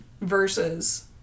versus